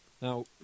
Now